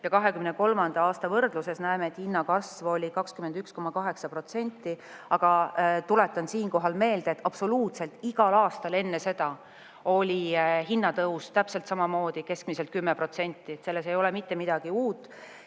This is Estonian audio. ja 2023. aasta võrdluses näeme, et hinnakasv oli 21,8%, aga tuletan siinkohal meelde, et absoluutselt igal aastal enne seda oli hinnatõus täpselt samamoodi keskmiselt 10%. Selles ei ole mitte midagi uut.